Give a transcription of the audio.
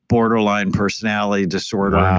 borderline personality disorder,